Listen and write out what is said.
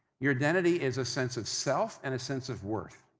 your identity is a sense of self and a sense of worth.